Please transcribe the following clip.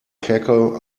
cackle